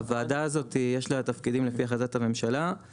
הוועדה הזאת יש לה תפקידים לפי החלטת הממשלה,